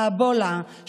האבולה,